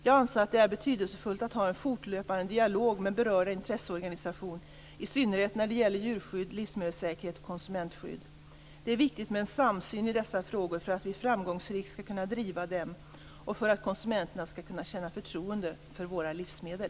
Jag anser att det är betydelsefullt att ha en fortlöpande dialog med berörda intresseorganisationer, i synnerhet när det gäller djurskydd, livsmedelssäkerhet och konsumentskydd. Det är viktigt med en samsyn i dessa frågor för att vi framgångsrikt skall kunna driva dem och för att konsumenterna skall kunna känna förtroende för våra livsmedel.